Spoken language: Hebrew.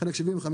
חלק ל-75%,